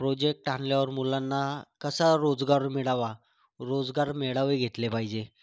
project आणल्यावर मुलांना कसा रोजगार मिळावा रोजगार मेळावे घेतले पाहिजे